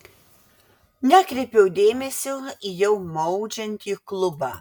nekreipiau dėmesio į jau maudžiantį klubą